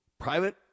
private